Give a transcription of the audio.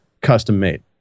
custom-made